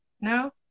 no